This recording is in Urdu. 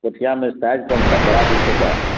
پوٹھیا میں سائز کون سا ہے بڑا کہ چھوٹا